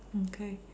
okay